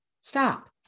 Stop